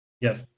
Yes